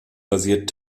basiert